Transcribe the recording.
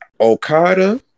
Okada